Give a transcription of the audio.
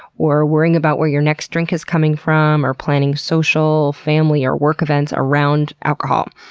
or worrying about where your next drink is coming from, or planning social, family or work events around alcohol.